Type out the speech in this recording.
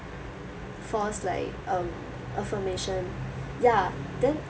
false like um affirmation ya then